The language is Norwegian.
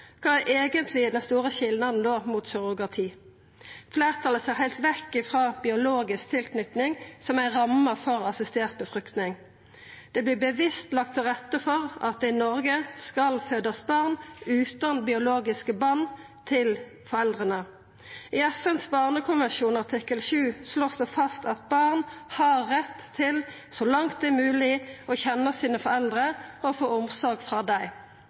Kva er eigentleg den store skilnaden da frå surrogati? Fleirtalet ser heilt vekk frå biologisk tilknyting, som er ramma for assistert befruktning. Det vert bevisst lagt til rette for at det i Noreg skal fødast barn utan biologiske band til foreldra. I FNs barnekonvensjon artikkel 7 vert det slått fast at barn har rett til så langt det er mogleg, å kjenna foreldra sine og få omsorg frå dei.